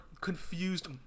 confused